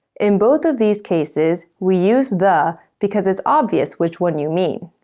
in both of these cases, we use the because it's obvious which one you mean.